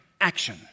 Action